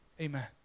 Amen